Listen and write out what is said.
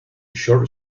short